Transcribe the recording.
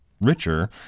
richer